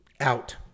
Out